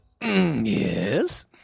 Yes